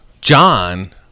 John